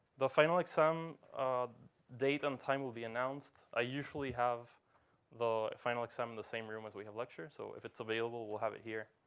the final exam date and um time will be announced. i usually have the final exam in the same room as we have lecture. so if it's available, we'll have it here.